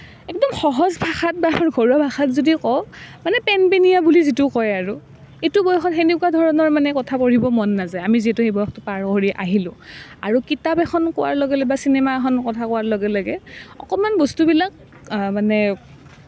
একদম সহজ ভাষাত বা ঘৰুৱা ভাষাত যদি কওঁ মানে পেনপেনীয়া বুলি যিটো কয় আৰু এইটো বয়সত সেনেকুৱা ধৰণৰ মানে কথাবোৰ পঢ়িব মন নাযায় আমি যিহেতু সেই বয়সটো পাৰ কৰি আহিলোঁ আৰু কিতাপ এখন কোৱাৰ লগে লগে বা চিনেমা এখন কথা কোৱাৰ লগে লগে অকণমান বস্তুবিলাক মানে